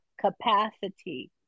capacity